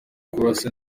kurasa